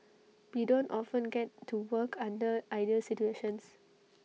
we don't often get to work under ideal situations